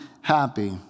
happy